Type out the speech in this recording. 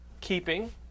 keeping